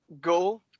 go